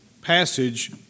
passage